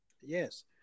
Yes